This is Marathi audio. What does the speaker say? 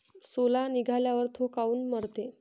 सोला निघाल्यावर थो काऊन मरते?